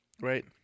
right